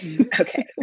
Okay